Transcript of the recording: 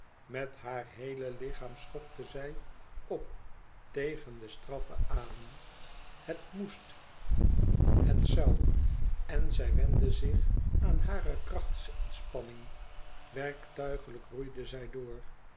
met haar heele lichaam schokte zij op tegen den straffen adem het moest het zoû en zij wende zich aan hare krachtsinspanning werktuigelijk roeide zij door